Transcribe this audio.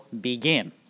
begin